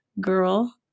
girl